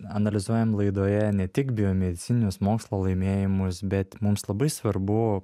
analizuojame laidoje ne tik biomedicininius mokslo laimėjimus bet mums labai svarbu